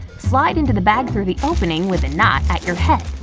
slide into the bag through the opening with the knot at your head.